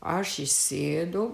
aš įsėdu